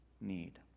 need